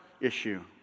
issue